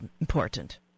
important